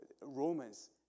Romans